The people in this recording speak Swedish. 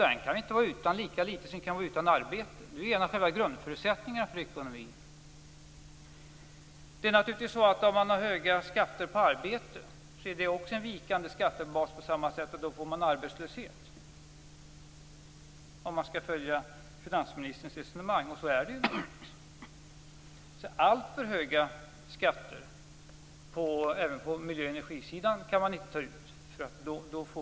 Den kan vi inte vara utan, lika litet som vi kan vara utan arbete. Detta är ju själva grundförutsättningarna för ekonomin. För att fullfölja finansministerns resonemang kan jag säga att skatter på arbete också är en vikande skattebas, och resultatet av höga skatter på det området blir arbetslöshet. Det har vi ju också fått. Men man kan inte heller ta ut alltför höga skatter på miljöoch energisidan; då får man andra problem.